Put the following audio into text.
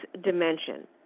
dimension